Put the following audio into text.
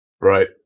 Right